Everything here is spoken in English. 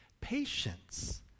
patience